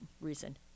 reason